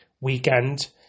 weekend